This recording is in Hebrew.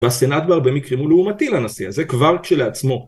בסנט כבר בהרבה מקרים הוא לעומתי לנשיא זה כבר כשלעצמו